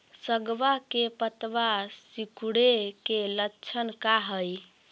सगवा के पत्तवा सिकुड़े के लक्षण का हाई?